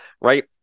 right